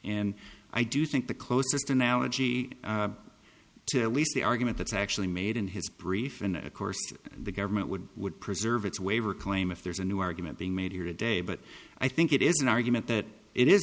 and i do think the closest analogy to at least the argument that's actually made in his brief and of course the government would would preserve its waiver claim if there's a new argument being made here today but i think it is an argument that it is